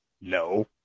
no